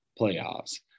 playoffs